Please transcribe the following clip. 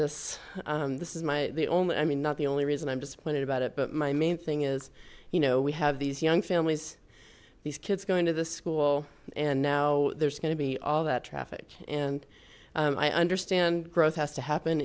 this this is my only i mean not the only reason i'm disappointed about it but my main thing is you know we have these young families these kids going to the school and now there's going to be all that traffic and i understand growth has to happen